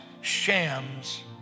shams